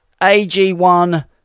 AG1